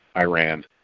Iran